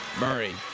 Murray